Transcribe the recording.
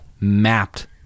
mapped